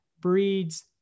breeds